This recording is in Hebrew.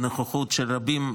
אלא בנוכחות של רבים,